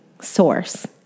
source